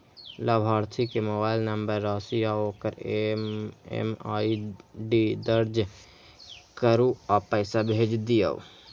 लाभार्थी के mobile number, राशि आ ओकर एम.एम.आई.डी दर्ज करू आ पैसा भेज दियौ